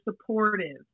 supportive